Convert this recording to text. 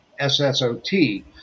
SSOT